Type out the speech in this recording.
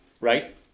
right